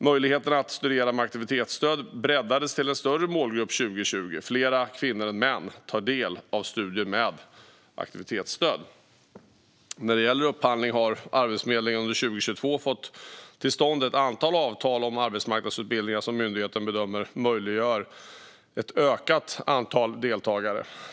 Möjligheten att studera med aktivitetsstöd breddades till en större målgrupp 2020. Fler kvinnor än män tar del av studier med aktivitetsstöd. När det gäller upphandling har Arbetsförmedlingen under 2022 fått till stånd ett antal avtal om arbetsmarknadsutbildningar som myndigheten bedömer möjliggör ett ökat antal deltagare.